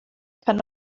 kann